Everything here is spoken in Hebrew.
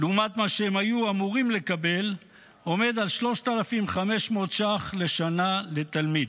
לעומת מה שהם היו אמורים לקבל עומד על 3,500 שקלים לשנה לתלמיד.